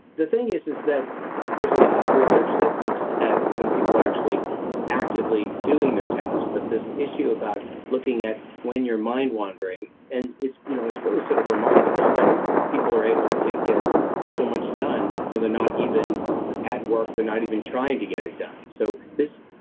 the thing is, is that there's a lot of research that looks at when people are actually actively doing their tasks. but this issue about looking at when you're mind-wandering and it's, you know, it's really sort of remarkable that people are able to get so much done when they're not even at work. they're not even trying to get it done. so this,